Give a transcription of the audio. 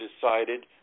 decided